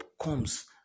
comes